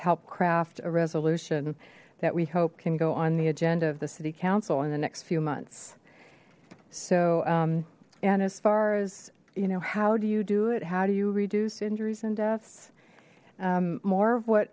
help craft a resolution that we hope can go on the agenda of the city council in the next few so and as far as you know how do you do it how do you reduce injuries and deaths more of what